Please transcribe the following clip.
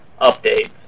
update